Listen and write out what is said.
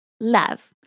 love